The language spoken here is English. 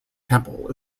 temple